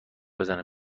بزنه